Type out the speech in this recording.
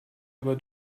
aber